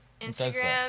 Instagram